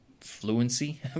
fluency